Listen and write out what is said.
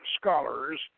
scholars